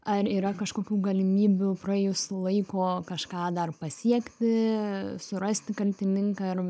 ar yra kažkokių galimybių praėjus laiko kažką dar pasiekti surasti kaltininką ir